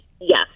yes